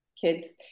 kids